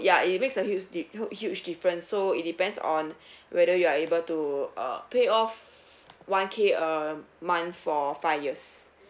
ya it makes a huge di~ ho~ huge difference so it depends on whether you are able to uh pay off one K a month for five years